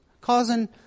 causing